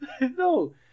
No